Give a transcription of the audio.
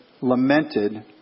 lamented